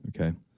Okay